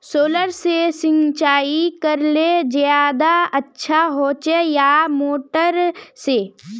Solar से सिंचाई करले ज्यादा अच्छा होचे या मोटर से?